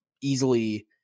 easily